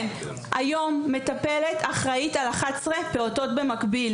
היום מטפלת אחראית על 11 פעוטות במקביל